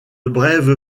brève